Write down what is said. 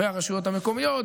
והרשויות המקומיות,